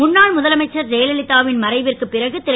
முன்னாள் முதலமைச்சர் ஜெயலலிதா வின் மறைவிற்குப் பிறகு திரு